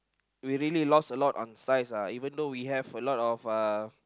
we really lost a lot on size uh even though we have a lot of uh